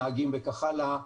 נהגים וכך הלאה,